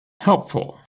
helpful